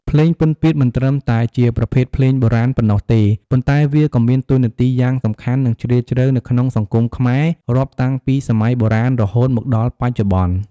ភ្លេងពិណពាទ្យមិនត្រឹមតែជាប្រភេទភ្លេងបុរាណប៉ុណ្ណោះទេ ប៉ុន្តែវាក៏មានតួនាទីយ៉ាងសំខាន់ និងជ្រាលជ្រៅនៅក្នុងសង្គមខ្មែរ រាប់តាំងពីសម័យបុរាណរហូតមកដល់បច្ចុប្បន្ន។